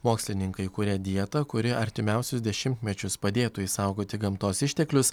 mokslininkai kuria dietą kuri artimiausius dešimtmečius padėtų išsaugoti gamtos išteklius